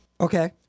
Okay